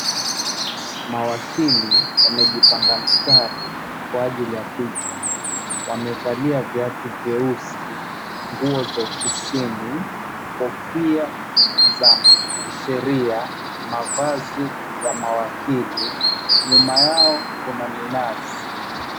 Mawakili wamejipanga mstari, kwa ajili ya picha. Wamevalia viatu vyeusi, nguo za ofisini, kofia za kisheria, mavazi ya mawakili. Nyuma yao kuna minazi.